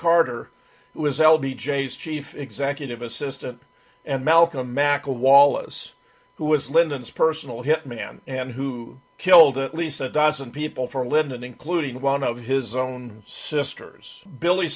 carter was l b j s chief executive assistant and malcolm machall wallace who was lyndon's personal hitman and who killed at least a dozen people for a living and including one of his own sisters billy